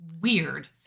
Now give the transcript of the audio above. weird